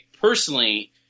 personally